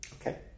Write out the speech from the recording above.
Okay